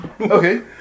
Okay